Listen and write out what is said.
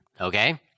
okay